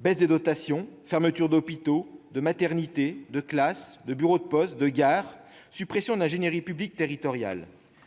Baisse des dotations, fermeture d'hôpitaux, de maternités, de classes, de bureaux de poste, de gares, suppression de l'ingénierie publique territoriale